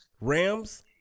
Rams